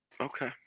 Okay